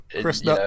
Chris